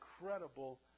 incredible